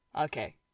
Okay